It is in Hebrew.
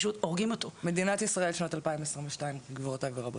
מדינת ישראל שנת 2022 גבירותי ורבותי.